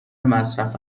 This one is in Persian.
مصرف